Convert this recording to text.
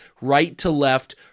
right-to-left